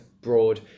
broad